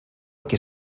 que